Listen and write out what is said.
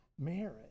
marriage